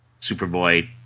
Superboy